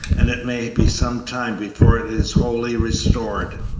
and it may be some time before it is wholly restored.